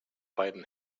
beiden